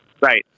Right